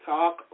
Talk